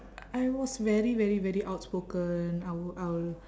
I was very very very outspoken I would I will